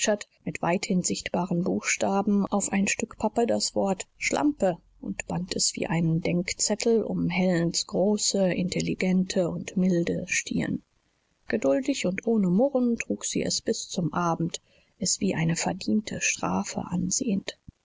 mit weithin sichtbaren buchstaben auf ein stück pappe das wort schlampe und band es wie einen denkzettel um helens große intelligente und milde stirn geduldig und ohne murren trug sie es bis zum abend es wie eine verdiente strafe ansehend